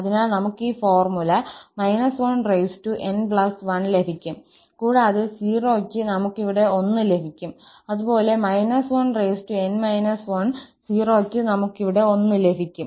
അതിനാൽ നമുക്ക് ഈ ഫോർമുല −1𝑛1 ലഭിക്കും കൂടാതെ 0 ക്ക് നമുക്കിവിടെ 1 ലഭിക്കും അതുപോലെ −1𝑛−1 0 ക്ക് നമുക്കിവിടെ 1 ലഭിക്കും